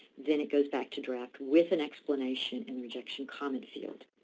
then it goes back to draft with an explanation and rejection common field.